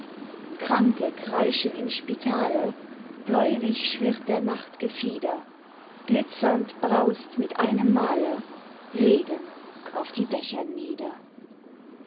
kranke kreischen im spitale bläulich schwirrt der nacht gefieder glitzernd braust mit einem male regen auf die dächer nieder